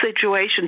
situation